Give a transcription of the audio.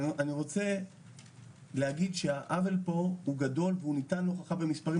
אני רוצה להגיד שהעוול פה הוא גדול והוא ניתן להוכחה במספרים.